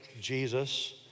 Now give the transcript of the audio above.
Jesus